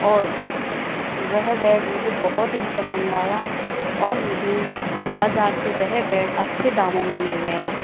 और वह बेड मुझे बहुत ही पसंद आया और मुझे बाज़ार से वह बेड अच्छे दामों में मिल गया